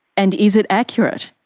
and is it accurate?